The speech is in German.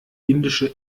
indische